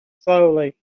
slowly